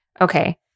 Okay